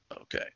Okay